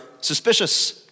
suspicious